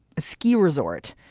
a ski resort,